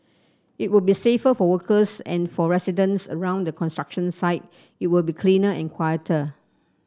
it will be safer for workers and for residents around the construction site it will be cleaner and quieter